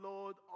Lord